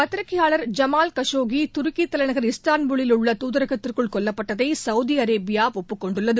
பத்திரிகையாளர் Jamal Khashoggi துருக்கி தலைநகர் இஸ்தான்புல்லில் உள்ள துதரகத்திற்குள் கொல்லப்பட்டதை சவுதி அரேபியா ஒப்புக்கொண்டுள்ளது